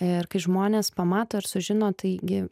ir kai žmonės pamato ir sužino taigi